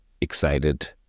excited